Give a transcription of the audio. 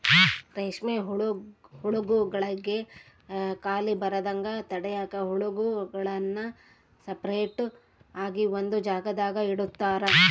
ರೇಷ್ಮೆ ಹುಳುಗುಳ್ಗೆ ಖಾಲಿ ಬರದಂಗ ತಡ್ಯಾಕ ಹುಳುಗುಳ್ನ ಸಪರೇಟ್ ಆಗಿ ಒಂದು ಜಾಗದಾಗ ಇಡುತಾರ